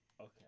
Okay